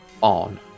on